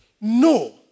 No